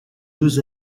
deux